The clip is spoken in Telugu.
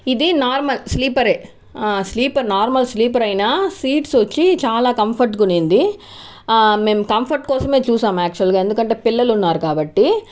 ఇది నార్మల్ స్లీపరే స్లీపర్ నార్మల్ స్లీపర్ అయినా సీట్స్ వచ్చి చాలా కంఫర్ట్ గా ఉనింది మేము కంఫర్ట్ కోసమే చూసాము యాక్చువల్ గా ఎందుకంటే పిల్లలు ఉన్నారు కాబట్టి